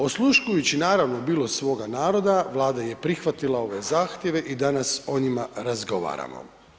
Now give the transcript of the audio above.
Osluškujući naravno bilo svoga na roda, Vlada je prihvatila ove zahtjeve i danas o njima razgovaramo.